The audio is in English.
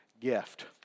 gift